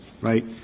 right